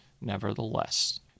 nevertheless